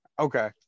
okay